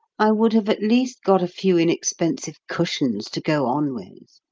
i would have at least got a few inexpensive cushions to go on with,